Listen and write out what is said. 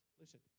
listen